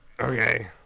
okay